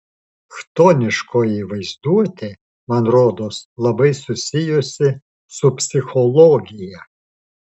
chtoniškoji vaizduotė man rodos labai susijusi su psichologija